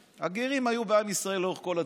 הגרים היו בעם ישראל לאורך כל הדורות,